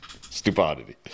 Stupidity